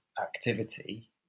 activity